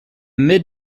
mid